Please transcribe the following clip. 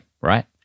right